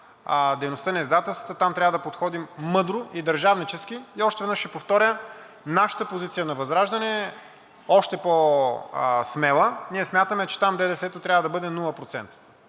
дейността на издателствата – там трябва да подходим мъдро и държавнически. Още веднъж ще повторя, нашата позиция – на ВЪЗРАЖДАНЕ – е още по-смела, ние смятаме, че там ДДС-то трябва да бъде